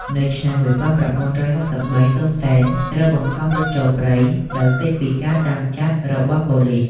នៅឆ្នាំ១៩៦៣ សុន សេន ត្រូវបង្ខំរត់ចូលព្រៃ ដោយគេចពីការតាមចាប់របស់ប៉ូលិស ។